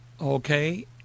okay